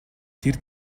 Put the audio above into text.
тэр